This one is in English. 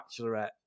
Bachelorette